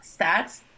stats